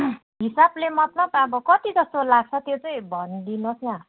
हिसाबले मतलब अब कति जस्तो लाग्छ त्यो चाहिँ भनिदिनु होस् न